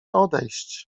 odejść